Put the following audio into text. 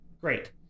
great